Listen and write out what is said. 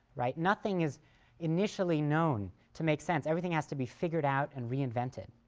right. nothing is initially known to make sense everything has to be figured out and reinvented.